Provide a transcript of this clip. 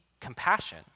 compassion